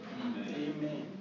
Amen